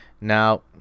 Now